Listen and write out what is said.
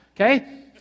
okay